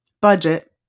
budget